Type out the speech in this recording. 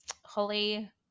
Holly